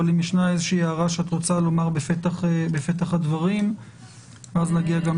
אבל אם ישנה איזה שהיא הערה שאת רוצה לומר בפתח הדברים אז נגיע גם לזה.